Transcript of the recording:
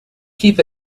keep